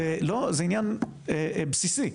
זה עניין בסיסי,